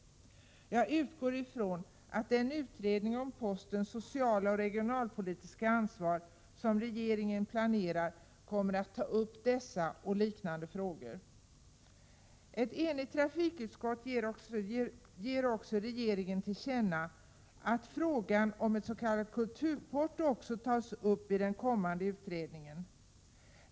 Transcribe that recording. Jag utgår från att den utredning om postens sociala och regionalpolitiska ansvar som regeringen planerar kommer att ta upp dessa och liknande frågor. Ett enigt trafikutskott föreslår att riksdagen som sin mening skall ge regeringen till känna att frågan om ett s.k. kulturporto också bör tas upp i den kommande utredningen.